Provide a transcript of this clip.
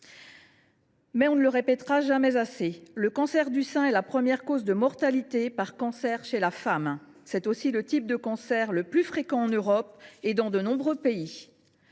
mais on ne le répétera jamais assez : le cancer du sein est la première cause de mortalité par cancer chez la femme. C’est aussi le type de cancer le plus fréquent en Europe et dans de nombreux pays.